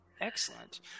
Excellent